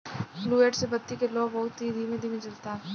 fluid से बत्ती के लौं बहुत ही धीमे धीमे जलता